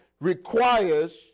requires